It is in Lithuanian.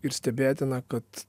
ir stebėtina kad